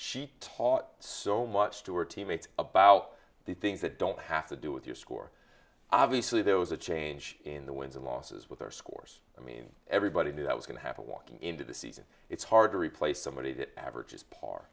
she taught so much to her teammates about the things that don't have to do with your score obviously there was a change in the wins and losses with our scores i mean everybody knew that was going to happen walking into the season it's hard to replace somebody that averages p